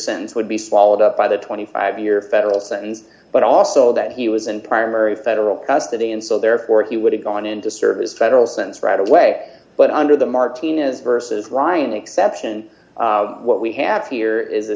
sentence would be swallowed up by the twenty five year federal sentence but also that he was in primary federal custody and so therefore he would have gone into service federal sense right away but under the martina's versus ryan exception what we have here is a